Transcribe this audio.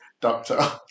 doctor